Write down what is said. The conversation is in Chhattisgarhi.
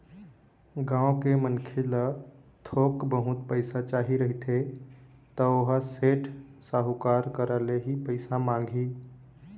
गाँव के मनखे ल थोक बहुत पइसा चाही रहिथे त ओहा सेठ, साहूकार करा ले ही पइसा मांगही